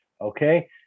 okay